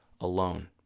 alone